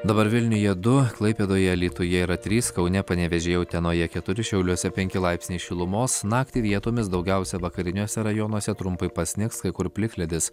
dabar vilniuje du klaipėdoje alytuje yra trys kaune panevėžyje utenoje keturi šiauliuose penki laipsniai šilumos naktį vietomis daugiausia vakariniuose rajonuose trumpai pasnigs kai kur plikledis